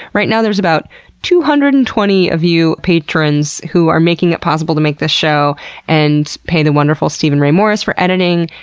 right now, there's about two hundred and twenty of you patrons who are making it possible to make this show and pay the wonderful steven ray morris for editing,